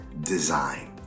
design